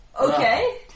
Okay